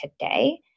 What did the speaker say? today